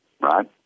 right